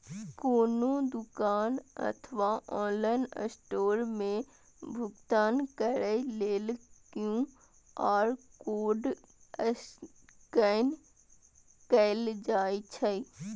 कोनो दुकान अथवा ऑनलाइन स्टोर मे भुगतान करै लेल क्यू.आर कोड स्कैन कैल जाइ छै